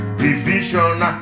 division